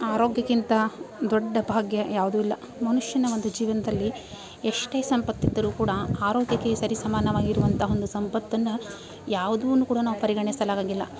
ಆರೋಗ್ಯಕ್ಕಿಂತ ದೊಡ್ಡ ಭಾಗ್ಯ ಯಾವುದೂ ಇಲ್ಲ ಮನುಷ್ಯನ ಒಂದು ಜೀವನದಲ್ಲಿ ಎಷ್ಟೇ ಸಂಪತ್ತು ಇದ್ದರೂ ಕೂಡಾ ಆರೋಗ್ಯಕ್ಕೆ ಸರಿ ಸಮಾನವಾಗಿರುವಂಥ ಒಂದು ಸಂಪತ್ತನ್ನು ಯಾವ್ದನ್ನು ಕೂಡ ನಾವು ಪರಿಗಣಿಸಲಾಗೋಂಗಿಲ್ಲ